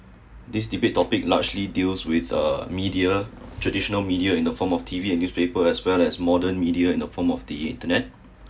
this debate topic largely deals with the media traditional media in the form of T_V and newspaper as well as modern media in the form of the internet